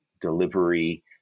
delivery